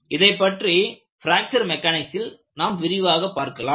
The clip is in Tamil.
இதைப்பற்றி பிராக்சர் மெக்கானிக்ஸில் நாம் விரிவாகப் பார்க்கலாம்